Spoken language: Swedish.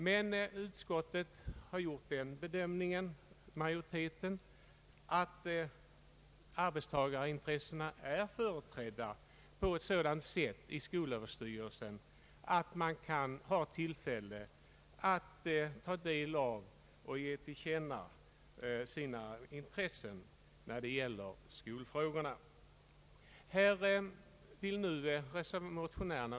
Utskottsmajoriteten har dock gjort den bedömningen att arbetstagarintressena redan nu är företrädda på sådant sätt i skolöverstyrelsen att dessa grupper kan ta del av och ge till känna sina synpunkter när det gäller skolfrågorna.